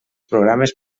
programes